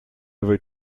ever